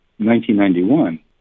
1991